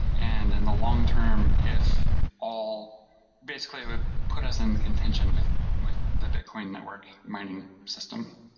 and and the long term, if all basically, it would put us in contention with with the bitcoin network mining system.